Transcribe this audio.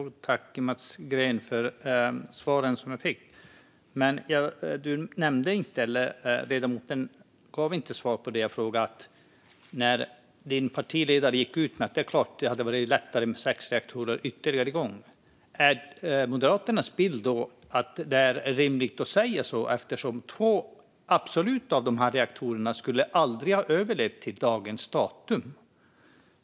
Herr talman! Ledamoten svarade inte på mina frågor. Moderaternas partiledare har sagt att det vore lättare med ytterligare sex reaktorer igång. Är det rimligt att säga så när två av dessa reaktorer aldrig skulle ha överlevt till i dag?